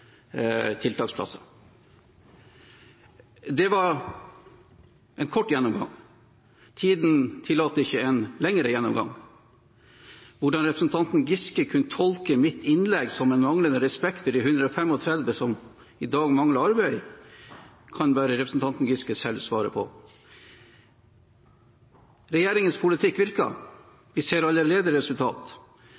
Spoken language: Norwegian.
tiltaksplasser. Det var en kort gjennomgang. Tiden tillater ikke en lengre gjennomgang. Hvordan representanten Giske kunne tolke mitt innlegg som en manglende respekt for de 135 000 som i dag mangler arbeid, kan bare representanten Giske selv svare på. Regjeringens politikk virker.